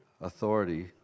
authority